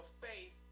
faith